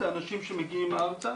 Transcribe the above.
זה אנשים שמגיעים ארצה